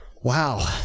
Wow